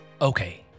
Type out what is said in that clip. Okay